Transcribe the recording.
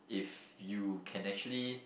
if you can actually